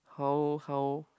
how how